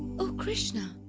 o krishna,